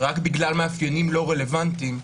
רק בגלל מאפיינים לא רלוונטיים,